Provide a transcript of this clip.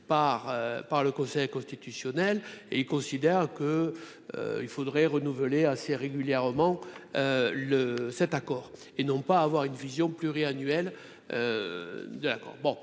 par le Conseil constitutionnel et il considère que il faudrait renouveler assez régulièrement le cet accord et non pas avoir une vision pluriannuelle de l'accord,